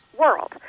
world